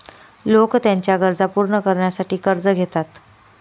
लोक त्यांच्या गरजा पूर्ण करण्यासाठी कर्ज घेतात